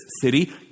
city